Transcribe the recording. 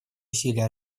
усилия